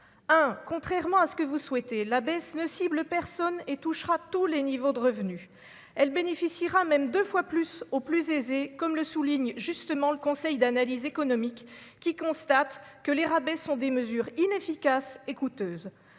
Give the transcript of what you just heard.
contrairement à ce que vous souhaitez la baisse ne cible personne et touchera tous les niveaux de revenus, elle bénéficiera même 2 fois plus aux plus aisés, comme le souligne justement le Conseil d'analyse économique, qui constate que les rabais sont des mesures inefficaces et coûteuses